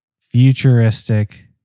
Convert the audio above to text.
futuristic